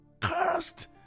cursed